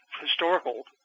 historical